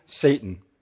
Satan